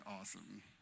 awesome